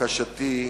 ובקשתי היא